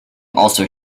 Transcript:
also